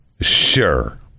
Sure